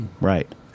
right